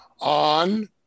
on